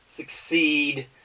Succeed